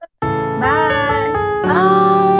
bye